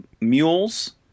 mules